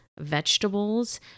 vegetables